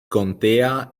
contea